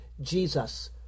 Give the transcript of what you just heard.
Jesus